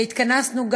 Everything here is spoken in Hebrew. כשהתכנסנו,